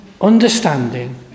understanding